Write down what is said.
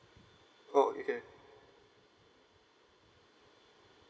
oh okay